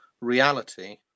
reality